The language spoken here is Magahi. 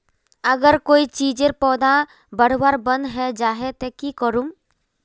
अगर कोई चीजेर पौधा बढ़वार बन है जहा ते की करूम?